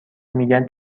میگن